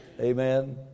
Amen